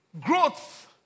growth